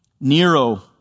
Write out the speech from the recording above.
Nero